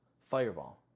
Fireball